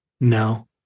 no